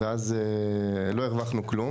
ואז לא הרווחנו כלום,